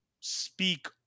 speak